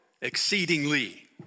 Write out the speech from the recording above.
Exceedingly